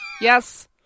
Yes